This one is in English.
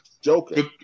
joking